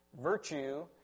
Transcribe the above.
Virtue